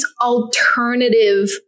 alternative